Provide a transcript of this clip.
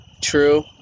True